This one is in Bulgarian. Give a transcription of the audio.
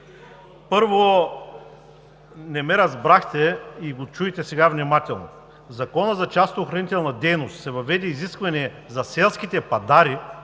Първо, не ме разбрахте и сега го чуйте внимателно: в Закона за частната охранителна дейност се въведе изискване за селските пъдари.